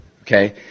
okay